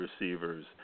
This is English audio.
receivers